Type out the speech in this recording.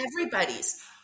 everybody's